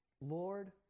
Lord